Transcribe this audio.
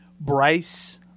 Bryce